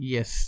Yes